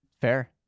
Fair